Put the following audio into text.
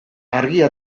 argia